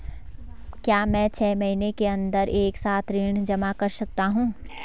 क्या मैं छः महीने के अन्दर एक साथ ऋण जमा कर सकता हूँ?